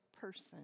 person